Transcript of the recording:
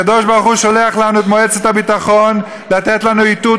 הקדוש-ברוך-הוא שולח לנו את מועצת הביטחון לתת לנו איתות